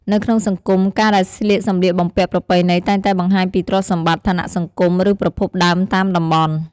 នៅក្នុងសង្គម ការដែលស្លៀកសម្លៀកបំពាក់ប្រពៃណីតែងតែបង្ហាញពីទ្រព្យសម្បត្តិ ឋានៈសង្គម ឬប្រភពដើមតាមតំបន់។